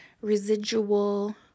residual